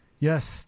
Yes